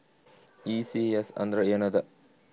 ECS ಅಂದ್ರ ಏನದ?